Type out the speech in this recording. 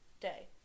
day